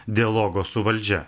dialogo su valdžia